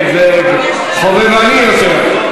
כן, זה חובבני יותר.